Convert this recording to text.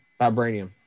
Vibranium